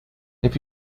have